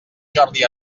jordi